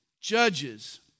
judges